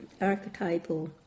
archetypal